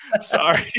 Sorry